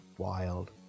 wild